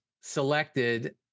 selected